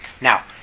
Now